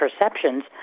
perceptions